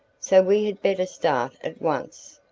so we had better start at once.